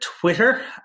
Twitter